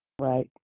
Right